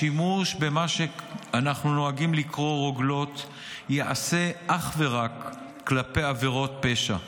השימוש במה שאנחנו נוהגים לקרוא רוגלות ייעשה אך ורק כלפי עבירות פשע.